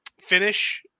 finish